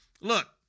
Look